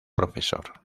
profesor